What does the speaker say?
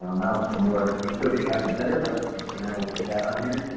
um obviously the more description you have the better but, for now we'll put that on here.